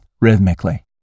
rhythmically